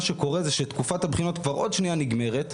שקורה זה שתקופת הבחינות כבר עוד שנייה נגמרת,